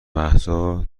مهسا